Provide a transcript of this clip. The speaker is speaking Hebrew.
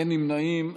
ואין נמנעים.